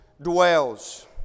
dwells